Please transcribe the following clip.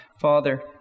Father